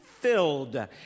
filled